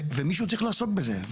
ומישהו צריך לעסוק בזה.